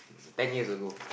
ten years ago